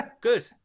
Good